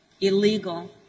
illegal